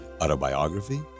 autobiography